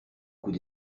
coup